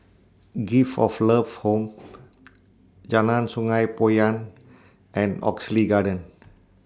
Gift of Love Home Jalan Sungei Poyan and Oxley Garden